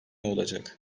olacak